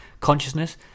consciousness